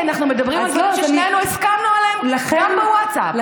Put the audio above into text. כי אנחנו מדברות על דברים ששתינו הסכמנו עליהם גם בווטסאפ.